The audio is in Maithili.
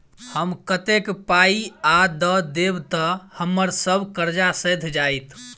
हम कतेक पाई आ दऽ देब तऽ हम्मर सब कर्जा सैध जाइत?